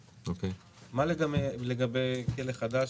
מה לגבי בית כלא חדש?